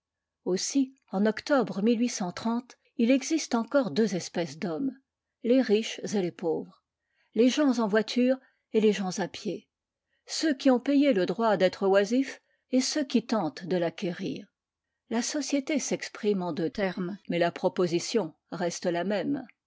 aussi en octobre il existe encore deux espèces d'hommes les riches et les pauvres les gens en voiture et les gens à pied ceux qui ont payé le droit d'être oisifs et ceux qui tentent de l'acquérir la société s'exprime en deux termes mais la proposition reste la même